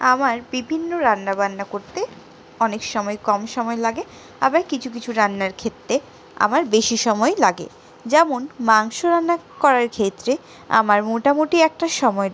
আমার বিভিন্ন রান্না বান্না করতে অনেক সময় কম সময় লাগে আবার কিছু কিছু রান্নার ক্ষেত্রে আমার বেশি সময় লাগে যেমন মাংস রান্না করার ক্ষেত্রে আমার মোটামোটি একটা সময়